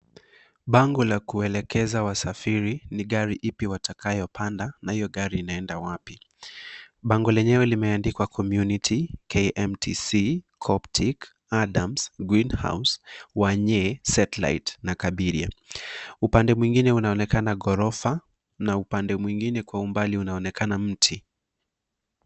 Bango la kuelekeza wasafiri, ni gari ipi watakayopanda, na hiyo gari inaenda wapi. Bango lenyewe limeandikwa COMMUNITY, KMTC,COPTIC, ADAMS, GREEN HOUSE, WANYEE, SATELITE na KABIRIA.Upande mwingine unaonekana ghorofa, na upande mwingine kwa umbali unaonekana mti.